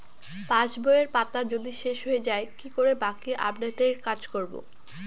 পাসবইয়ের পাতা যদি শেষ হয়ে য়ায় কি করে বাকী আপডেটের কাজ করব?